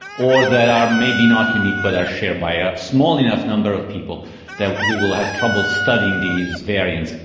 or that are maybe not unique but are shared by a small enough number of people that we will have trouble studying these variants.